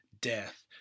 death